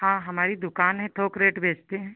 हाँ हमारी दुकान है थोक रेट बेचते हैं